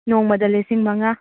ꯅꯣꯡꯃꯗ ꯂꯤꯁꯤꯡ ꯃꯉꯥ